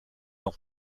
nom